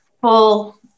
full